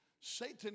Satan